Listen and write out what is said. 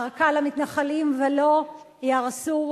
ארכה למתנחלים, וָלא, הוא אמר,